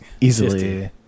easily